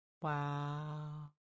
Wow